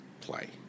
play